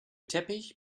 teppich